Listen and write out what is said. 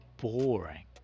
boring